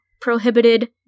prohibited